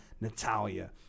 Natalia